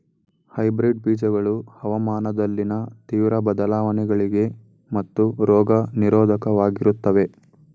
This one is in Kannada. ಹೈಬ್ರಿಡ್ ಬೀಜಗಳು ಹವಾಮಾನದಲ್ಲಿನ ತೀವ್ರ ಬದಲಾವಣೆಗಳಿಗೆ ಮತ್ತು ರೋಗ ನಿರೋಧಕವಾಗಿರುತ್ತವೆ